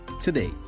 today